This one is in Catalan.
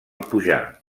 pujar